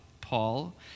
Paul